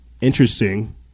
interesting